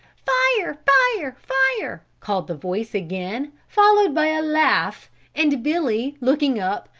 fire, fire, fire! called the voice again followed by a laugh and billy, looking up,